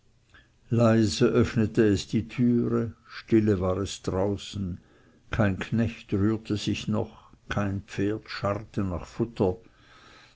leise öffnete es die türe stille war es draußen kein knecht rührte sich noch kein pferd scharrte nach futter